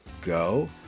go